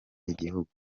igihugu